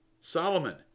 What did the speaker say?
Solomon